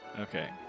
Okay